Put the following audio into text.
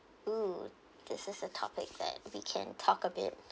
oo this is a topic that we can talk a bit